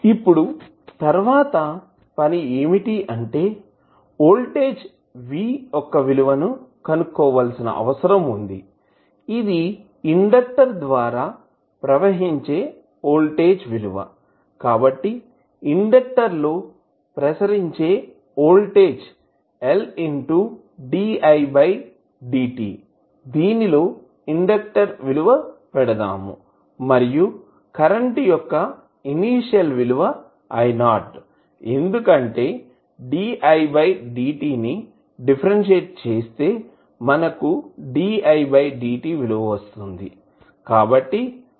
ఇప్పుడు తర్వాత పని ఏమిటి అంటే వోల్టేజ్ v యొక్క విలువ కనుక్కోవలిసిన అవసరం వుంది ఇది ఇండెక్టర్ ద్వారా ప్రవహించే వోల్టేజ్ విలువ కాబట్టి ఇండెక్టర్ లో ప్రసరించే వోల్టేజ్ L di dt దీనిలో ఇండక్టర్ విలువ పెడదాము మరియు కరెంటు యొక్క ఇనీషియల్ విలువ I 0 ఎందుకంటే di dt ని డిఫరెన్షియల్ చేస్తే మనకు di dt విలువ వస్తుంది కాబట్టి 0